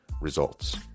results